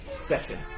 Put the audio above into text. session